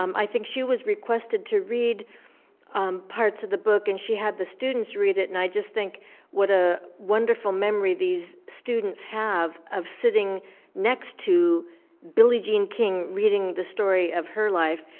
um i think she was requested to read um parts of the book, and she had the students read it, and i just think what ah wonderful memory these students have of sitting next to billie jean king reading the story of her life.